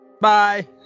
Bye